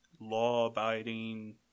law-abiding